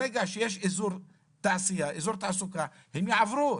ברגע שיש אזור תעשייה, אזור תעסוקה, הם יעברו.